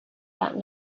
that